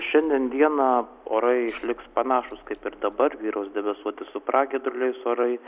šiandien dieną orai išliks panašūs kaip ir dabar vyraus debesuoti su pragiedruliais orai